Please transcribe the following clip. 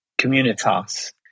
communitas